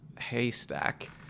haystack